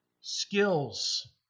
skills